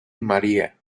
maria